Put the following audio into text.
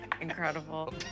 Incredible